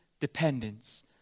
dependence